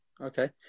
Okay